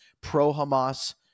pro-Hamas